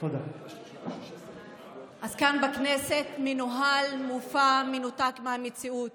אז כאן בכנסת מנוהל מופע מנותק מהמציאות